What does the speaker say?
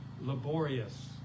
laborious